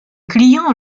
clients